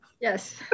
Yes